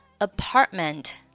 Apartment